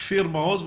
כפיר מעוז,